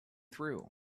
through